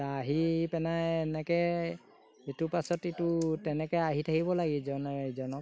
আহি পেনাই এনেকৈ ইটোৰ পাছত ইটো তেনেকৈ আহি থাকিব লাগে ইজনে ইজনক